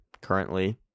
currently